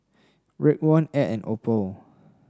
Raekwon Ed and Opal